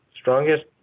strongest